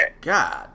God